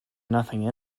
nothing